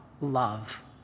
love